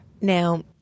Now